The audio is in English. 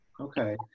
Okay